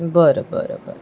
बरं बरं बरं